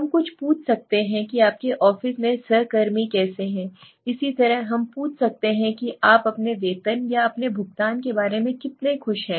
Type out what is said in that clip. हम पूछ सकते हैं कि आपके ऑफिस के सहकर्मी कैसे हैं इसी तरह हम पूछ सकते हैं कि आप अपने वेतन या अपने भुगतान के बारे में कितने खुश हैं